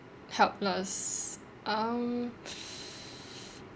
helpless um